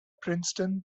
princeton